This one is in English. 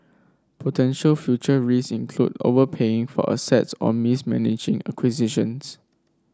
potential future risk include overpaying for assets or mismanaging acquisitions